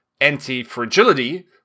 anti-fragility